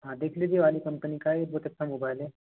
हाँ देख लीजिए ये वाली कंपनी का एक बहुत अच्छा मोबाइल है